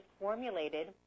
formulated